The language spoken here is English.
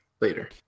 later